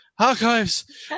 archives